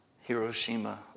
Hiroshima